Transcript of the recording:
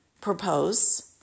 propose